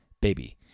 baby